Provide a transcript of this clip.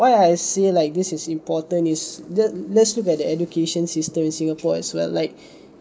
why I say like this is important is let let's look at the education system in singapore as well like